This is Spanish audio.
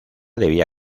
debía